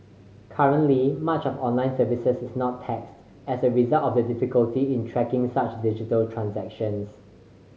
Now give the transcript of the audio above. currently much of online services is not taxed as a result of the difficulty in tracking such digital transactions